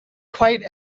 quite